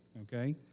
Okay